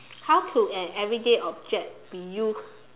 how could an everyday object be used